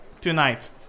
Tonight